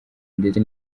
ndetse